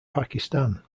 pakistan